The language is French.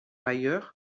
ailleurs